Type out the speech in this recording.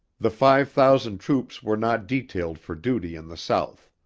the five thousand troops were not detailed for duty in the south.